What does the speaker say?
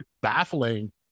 baffling